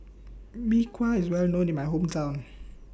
Mee Kuah IS Well known in My Hometown